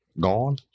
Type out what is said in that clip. gone